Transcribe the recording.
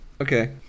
Okay